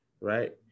Right